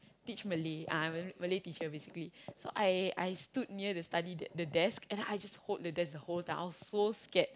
teach Malay uh I'm a Malay teacher basically so I I stood near the study the desk and then I just hold the desk the whole time I was so scared